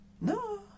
No